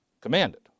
Commanded